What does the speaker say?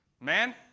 man